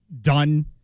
done